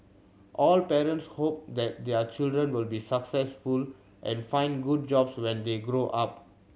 all parents hope that their children will be successful and find good jobs when they grow up